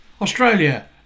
Australia